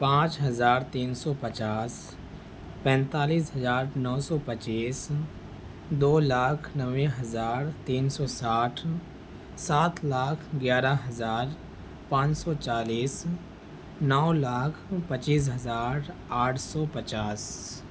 پانچ ہزار تین سو پچاس پینتالیس ہزار نو سو پچیس دو لاکھ نوے ہزار تین سو ساٹھ سات لاکھ گیارہ ہزار پانچ سو چالیس نو لاکھ پچیس ہزار آٹھ سو پچاس